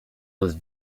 was